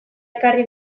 ekarri